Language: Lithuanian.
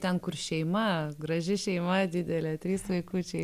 ten kur šeima graži šeima didelė trys vaikučiai